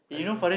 I don't know